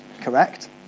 correct